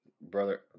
Brother